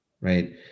right